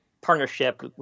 partnership